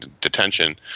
detention